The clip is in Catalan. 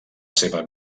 seva